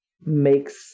makes